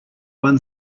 one